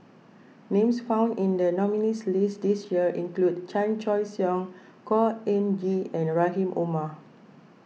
names found in the nominees' list this year include Chan Choy Siong Khor Ean Ghee and Rahim Omar